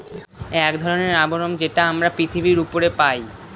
এক ধরনের আবরণ যেটা আমরা পৃথিবীর উপরে পাই